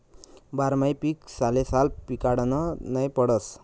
बारमाही पीक सालेसाल पिकाडनं नै पडस